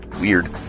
Weird